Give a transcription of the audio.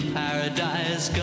paradise